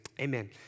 amen